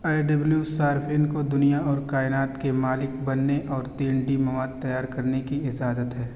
اے W صارفین کو دنیا اور کائنات کے مالک بننے اور تین ڈی مواد تیار کرنے کی اجازت ہے